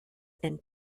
and